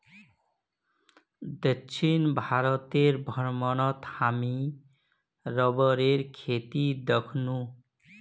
दक्षिण भारतेर भ्रमणत हामी रबरेर खेती दखनु